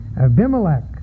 Abimelech